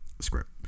Script